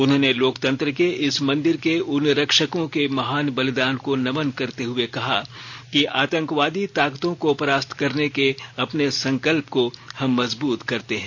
उन्होंने लोकतंत्र के इस मंदिर के उन रक्षकों के महान बलिदान को नमन करते हुए कहा कि आतंकवादी ताकतों को परास्त करने के अपने संकल्प को हम मजबूत करते हैं